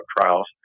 trials